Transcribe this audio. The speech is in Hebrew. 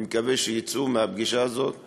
אני מקווה שיצאו מהפגישה הזאת מתואמים,